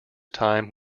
time